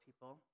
people